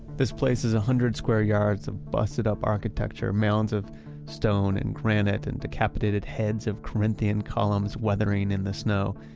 this place is one hundred square yards of busted-up architecture mounds of stone and granite and decapitated heads of corinthian columns weathering in the snow.